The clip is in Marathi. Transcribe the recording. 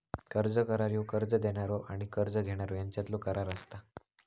कर्ज करार ह्यो कर्ज देणारो आणि कर्ज घेणारो ह्यांच्यातलो करार असता